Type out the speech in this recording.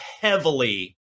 heavily